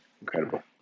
Incredible